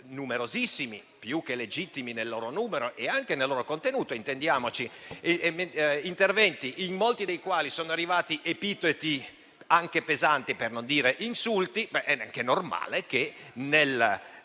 numerosi interventi, più che legittimi nel loro numero e anche nel loro contenuto, in molti dei quali sono arrivati epiteti anche pesanti, per non dire insulti, è anche normale che, nel